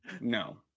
no